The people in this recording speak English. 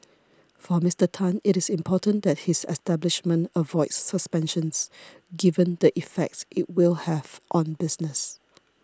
for Mister Tan it is important that his establishment avoids suspensions given the effect it will have on business